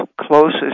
closest